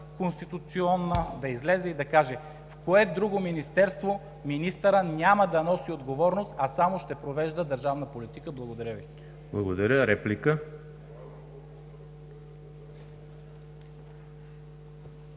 конституционна, да излезе и да каже в кое друго министерство министърът няма да носи отговорност, а само ще провежда държавна политика? Благодаря Ви. ПРЕДСЕДАТЕЛ